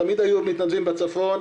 תמיד היו מתנדבים בצפון,